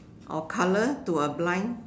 a colour to a blind